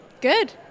Good